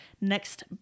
next